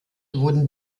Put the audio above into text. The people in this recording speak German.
wurde